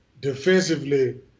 Defensively